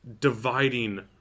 dividing